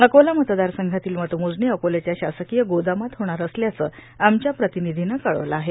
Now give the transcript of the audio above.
अकोला मतदारसंघातील मतमोजणी अकोल्याच्या शासकीय गोदामात होणार असल्याचं आमच्या प्रतिनिधीनं कळवलं आहे